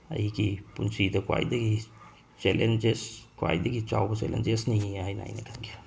ꯑꯩꯒꯤ ꯄꯨꯟꯁꯤꯗ ꯈ꯭ꯋꯥꯏꯗꯒꯤ ꯆꯦꯂꯦꯟꯖꯦꯁ ꯈ꯭ꯋꯥꯏꯗꯒꯤ ꯆꯥꯎꯕ ꯆꯦꯂꯦꯟꯖꯦꯁꯅꯤ ꯍꯥꯏꯅ ꯑꯩꯅ ꯈꯟꯈꯤ